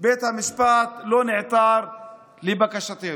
בית המשפט לא נעתר לבקשתנו.